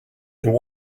new